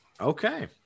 Okay